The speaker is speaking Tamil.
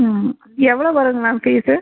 ம் எவ்வளோ வருது மேம் ஃபீஸ்ஸு